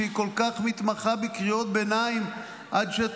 שהיא כל כך מתמחה בקריאות ביניים עד שאת